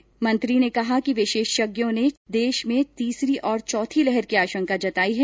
चिकित्सा मंत्री कहा कि विशेषज्ञों ने देश में तीसरी और चौथी लहर की आशंका जताई है